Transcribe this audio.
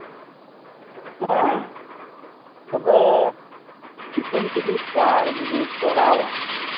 ᱦᱮᱸ ᱛᱚᱵᱮ Kisan credit card ᱡᱚᱫᱤᱢ ᱠᱚᱨᱟᱣᱟ